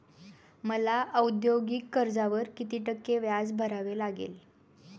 मला औद्योगिक कर्जावर किती टक्के व्याज भरावे लागेल?